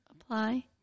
apply